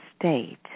state